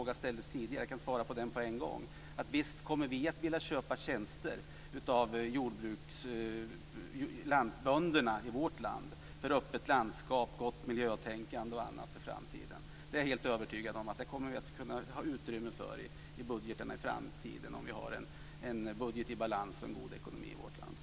Jag kan på en gång svara på den tidigare ställda frågan: Visst kommer vi att vilja köpa tjänster från bönderna i vårt land bl.a. för ett öppet landskap och miljötänkande för framtiden. Jag är helt övertygad om att vi i framtiden kommer att ha utrymme för detta i budgetarna, om vi har budgetar i balans och en god ekonomi i vårt land.